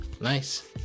Nice